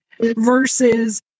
versus